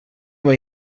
mig